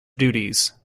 duties